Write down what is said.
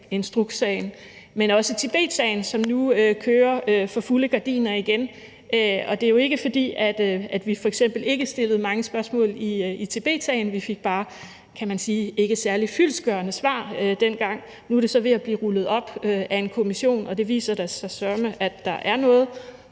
men også Tibetsagen, som nu igen kører for fulde gardiner. Det er jo ikke, fordi vi f.eks. ikke stillede mange spørgsmål i Tibetsagen, vi fik bare ikke særlig fyldestgørende svar dengang, kan man sige. Nu er det så ved at blive rullet op af en kommission, og der viser det sig søreme, at der er noget